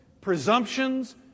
presumptions